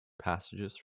passages